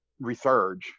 resurge